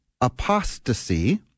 apostasy